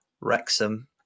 Wrexham